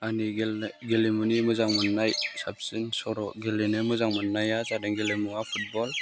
आंनि गेलेमुनि मोजां मोननाय साबसिन सर' गेलेनो मोजां मोननाया जादों गेलेमुआ फुटबल